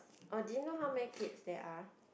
oh do you know how many kids there are